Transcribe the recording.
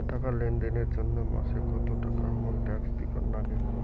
টাকা লেনদেন এর জইন্যে মাসে কত টাকা হামাক ট্যাক্স দিবার নাগে?